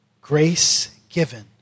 grace-given